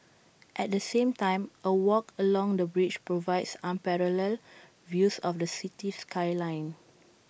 at the same time A walk along the bridge provides unparalleled views of the city skyline